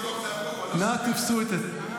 הסתייגות 2 לא נתקבלה.